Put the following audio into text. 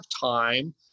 time